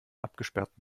abgesperrten